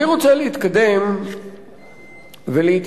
אני רוצה להתקדם ולהתייחס